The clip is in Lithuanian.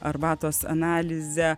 arbatos analizę